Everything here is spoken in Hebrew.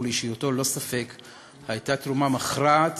ולאישיותו ללא ספק הייתה תרומה מכרעת